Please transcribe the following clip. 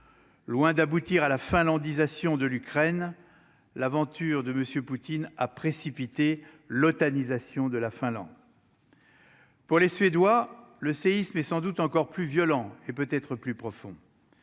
loin d'aboutir à la finlandisation de l'Ukraine, l'aventure de monsieur Poutine a précipité l'OTAN Isa Sion, de la Finlande. Pour les Suédois, le séisme est sans doute encore plus violents et peut être plus profond